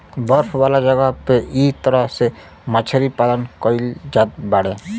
बर्फ वाला जगह पे इ तरह से मछरी पालन कईल जात बाड़े